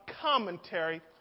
commentary